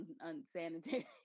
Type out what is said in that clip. unsanitary